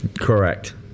Correct